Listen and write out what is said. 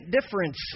difference